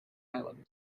island